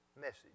message